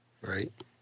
Right